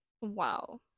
wow